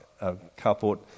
carport